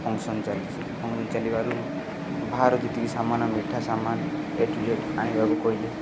function ଚାଲିଛି function ଚାଲିବାରୁ ବାହାରୁ ଯେତିକି ସାମାନ ମିଠା ସାମାନ ଏ ଟୁ ଜେଡ଼୍ ଆଣିବାକୁ କହିଲେ